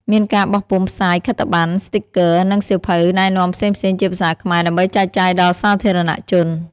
មានការបោះពុម្ពផ្សាយខិត្តប័ណ្ណ ស្ទីគ័រ និងសៀវភៅណែនាំផ្សេងៗជាភាសាខ្មែរ ដើម្បីចែកចាយដល់សាធារណជន ។